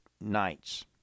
nights